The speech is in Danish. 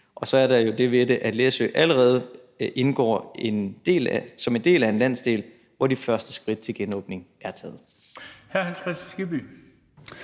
Og så er der jo det ved det, at Læsø allerede indgår som en del af en landsdel, hvor de første skridt til genåbning er taget. Kl. 15:43 Den fg.